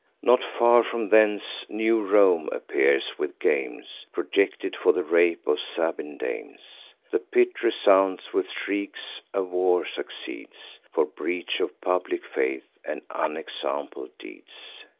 not far from thence new rome appears, with games projected for the rape of sabine dames. the pit resounds with shrieks a war succeeds, for breach of public faith, and unexampled deeds.